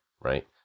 right